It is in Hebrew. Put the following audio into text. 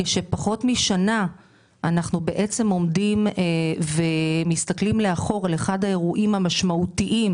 כאשר לפני פחות משנה קרה אחד האירועים המשמעותיים